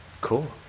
Cool